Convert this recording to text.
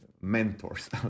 mentors